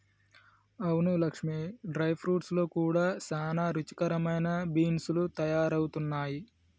అవును Lakshmi dry fruits లో కూడా సానా రుచికరమైన బీన్స్ లు తయారవుతున్నాయి